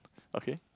okay